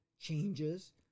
changes